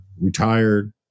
retired